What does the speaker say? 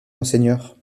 monseigneur